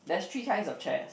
there's three kinds of chairs